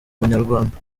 abanyarwanda